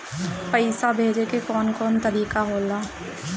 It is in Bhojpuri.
पइसा भेजे के कौन कोन तरीका होला?